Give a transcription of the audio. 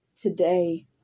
today